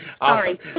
Sorry